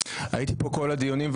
הייתי פה בכל הדיונים,